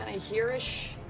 ah here-ish.